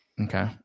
Okay